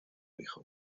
hijo